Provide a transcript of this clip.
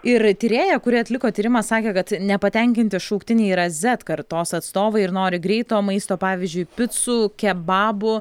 ir tyrėja kuri atliko tyrimą sakė kad nepatenkinti šauktiniai yra z kartos atstovai ir nori greito maisto pavyzdžiui picų kebabų